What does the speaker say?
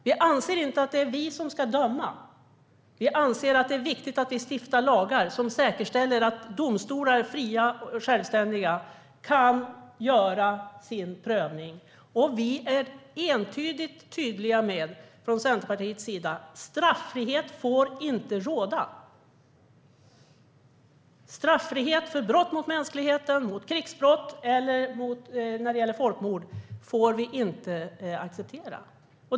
Vi anser inte att det är vi som ska döma. Det är viktigt att vi stiftar lagar som säkerställer att fria och självständiga domstolar kan göra en prövning. Centerpartiet är entydigt tydligt med att straffrihet inte får råda. Straffrihet för brott mot mänskligheten, krigsbrott eller folkmord får vi inte acceptera.